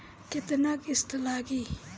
केतना किस्त लागी?